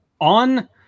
on